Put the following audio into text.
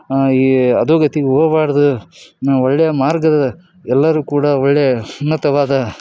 ಈ ಅಧೋಗತಿಗೆ ಹೋಗ್ಬಾರ್ದು ನಾವು ಒಳ್ಳೆಯ ಮಾರ್ಗ ಎಲ್ಲರೂ ಕೂಡ ಒಳ್ಳೆ ಉನ್ನತವಾದ